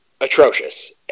atrocious